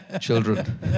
children